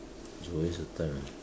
it's always a time ah